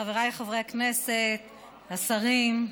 חבריי חברי הכנסת, השרים,